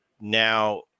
Now